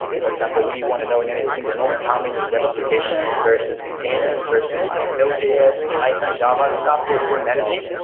and for example, we want to know and any single moment how many web applications versus containers, versus like node js, python, java stuff we're we're managing.